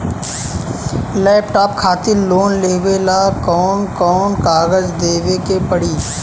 Laptop खातिर loan लेवे ला कौन कौन कागज देवे के पड़ी?